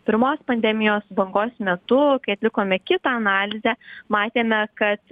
pirmos pandemijos bangos metu kai atlikome kitą analizę matėme kad